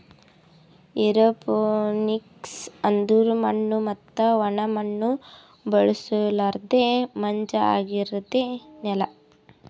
aeroponics ಅಂದುರ್ ಮಣ್ಣು ಮತ್ತ ಒಣ ಮಣ್ಣ ಬಳುಸಲರ್ದೆ ಮಂಜ ಆಗಿರದ್ ನೆಲ